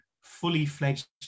fully-fledged